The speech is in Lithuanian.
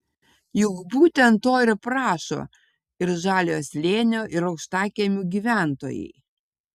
juk būtent to ir prašo ir žaliojo slėnio ir aukštkiemių gyventojai